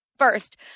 First